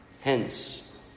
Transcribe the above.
Hence